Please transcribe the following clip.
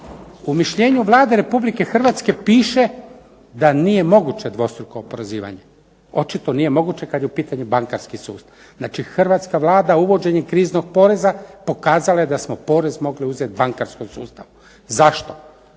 U mišljenju Vlade Republike Hrvatske piše da nije moguće dvostruko oporezivanje. Očito nije moguće kad je u pitanju bankarski sustav. Znači, hrvatska Vlada uvođenje kriznog poreza pokazala je da smo porez mogli uzeti bankarskom sustavu. Zašto?